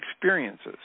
experiences